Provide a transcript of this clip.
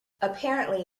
apparently